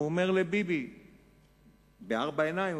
הוא אומר לביבי בארבע עיניים,